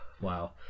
wow